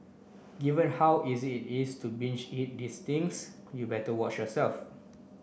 given how easy it is to binge eat these things you better watch yourself